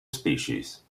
species